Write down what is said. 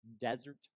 desert